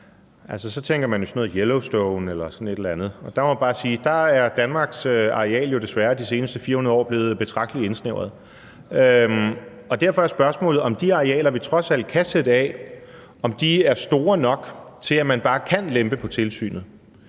og så tænker man jo sådan noget som Yellowstone eller sådan et eller andet, og der må jeg bare sige, at Danmarks areal jo desværre de seneste 400 år er blevet betragtelig indsnævret. Derfor er spørgsmålet, om de arealer, vi trods alt kan sætte af, er store nok til, at man bare kan lempe på tilsynet.